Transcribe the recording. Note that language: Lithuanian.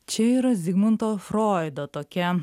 čia yra zigmundo froido tokia